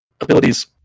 abilities